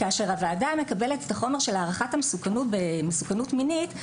כאשר הוועדה מקבלת את החומר של הערכת המסוכנות במסוכנות מינית,